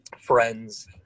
friends